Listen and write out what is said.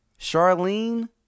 Charlene